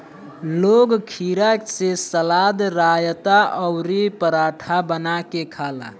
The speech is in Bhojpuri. लोग खीरा से सलाद, रायता अउरी पराठा बना के खाला